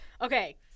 Okay